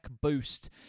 Boost